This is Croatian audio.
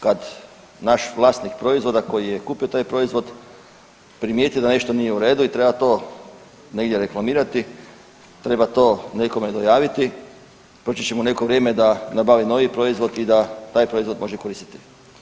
Kad naš vlasnik proizvoda koji je kupio taj proizvod primijeti da nešto nije u redu i treba to negdje reklamirati, treba to nekome dojaviti proći će mu neko vrijeme da nabavi novi proizvod i da taj proizvod može koristiti.